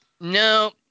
No